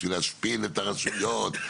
בשביל להשפיל את הרשויות,